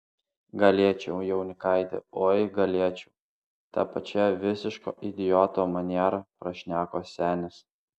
galėčiau jaunikaiti oi galėčiau ta pačia visiško idioto maniera prašneko senis